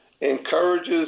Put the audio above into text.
encourages